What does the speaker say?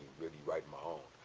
really writing my own,